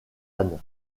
anne